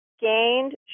gained